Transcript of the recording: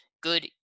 good